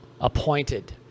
appointed